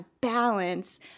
balance